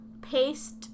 Paste